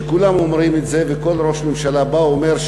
למרות שכולם אומרים את זה וכל ראש ממשלה בא אומר: